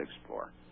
explore